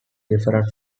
different